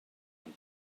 amb